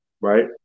right